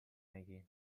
نگین